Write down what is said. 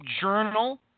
Journal